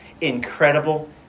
incredible